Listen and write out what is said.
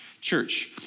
church